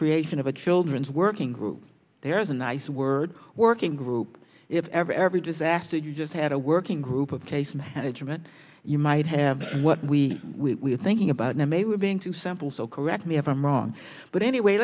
creation of a children's working group there is a nice word working group if ever every disaster you just had a working group of case management you might have what we are thinking about now maybe we're being too simple so correct me if i'm wrong but anyway